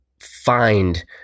find